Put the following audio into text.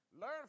Learn